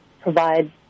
provide